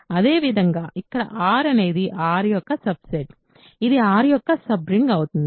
అదేవిధంగా ఇక్కడ R అనేది R యొక్క సబ్ సెట్ ఇది R యొక్క సబ్ రింగ్ అవుతుంది